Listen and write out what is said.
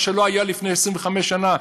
מה שלא היה לפני 25 שנה.